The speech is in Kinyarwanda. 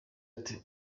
ati